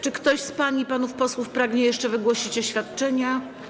Czy ktoś z pań i panów posłów pragnie jeszcze wygłosić oświadczenia?